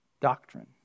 doctrine